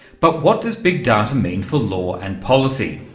but what does big data mean for law and policy?